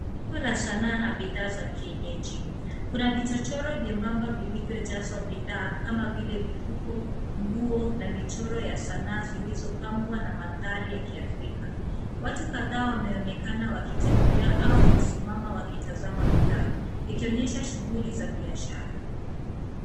Soko la sanaa na bidhaa za kienyeji. Kuna vichochoro vyembamba vilivyojazwa bidhaa kama vile mifuko, nguo na michoro ya sanaa zilizopambwa na mandhari ya kiafrika. Watu kadhaa wameonekana wakitembea au kusimama wakitazama bidhaa ikionyesha shughuli za biashara.